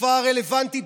בתקופה הרלוונטית,